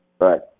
Right